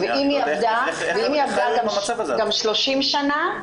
-- -ואם היא עבדה גם 30 שנה,